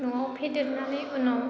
न'आव फेदेरनानै उनाव